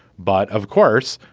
but of course,